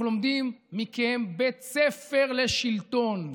אנחנו לומדים מכם בית ספר לשלטון,